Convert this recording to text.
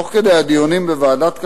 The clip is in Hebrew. תוך כדי הדיונים בוועדת הכלכלה,